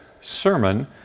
sermon